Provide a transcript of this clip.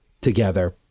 together